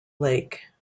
lake